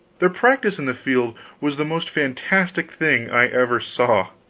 their practice in the field was the most fantastic thing i ever saw.